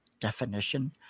definition